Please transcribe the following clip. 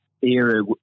era